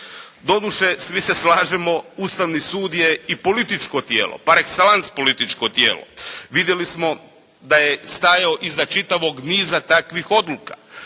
Doduše, svi se slažemo Ustavni sud je i političko tijelo, par exellance političko tijelo. Vidjeli smo da je stajao iza čitavog niza takvih odluka.